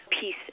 peace